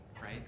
right